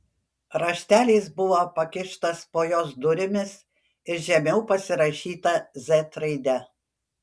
raštelis buvo pakištas po jos durimis ir žemiau pasirašyta z raide